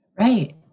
Right